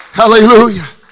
hallelujah